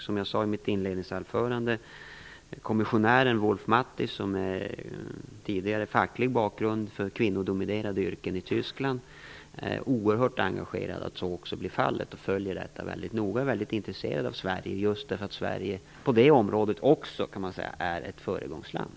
Som jag sade i mitt inledningsanförande är kommissionären Wulf-Mathies, som har en facklig bakgrund när det gäller kvinnodominerade yrken i Tyskland, oerhört engagerad för att så också blir fallet. Hon följer detta mycket noga och är väldigt intresserad av Sverige just därför att Sverige också på detta område är ett föregångsland.